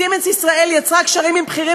"סימנס" ישראל יצרה קשרים עם בכירים